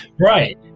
Right